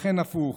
וכן הפוך.